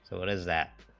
so but is that